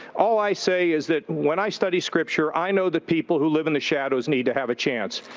all i say is that when i study scripture, i know that people who live in the shadows need to have a chance.